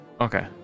Okay